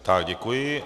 Tak děkuji.